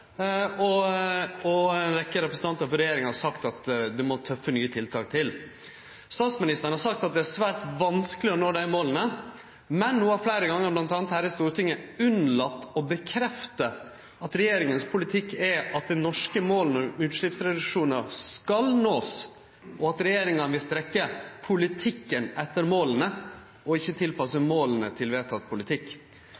må tøffe, nye tiltak til. Statsministeren har sagt at det er svært vanskeleg å nå desse måla, men ho har fleire gongar, bl.a. her i Stortinget, unnlate å bekrefte at regjeringas politikk er at ein skal nå dei norske måla om utsleppsreduksjonar, og at regjeringa vil strekkje politikken etter måla, ikkje tilpasse